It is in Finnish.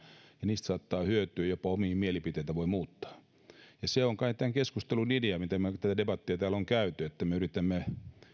ja niistä saattaa hyötyä jopa omia mielipiteitään voi muuttaa se on kai tämän keskustelun idea kun me tätä debattia täällä olemme käyneet että vaikka ne ovat mielipiteitä mitä edustamme me yritämme